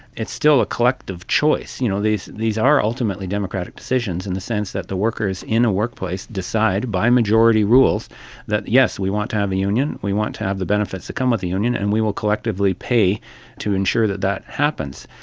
it's still a collective choice. you know, these these are ultimately democratic decisions in the sense that the workers in a workplace decide by majority rules that, yes, we want to have a union, we want to have the benefits that come with a union and we will collectively pay to ensure that that happens.